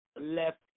left